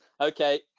Okay